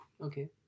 Okay